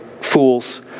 fools